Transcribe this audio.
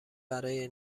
برای